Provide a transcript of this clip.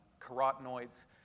carotenoids